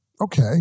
okay